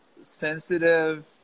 sensitive